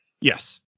Yes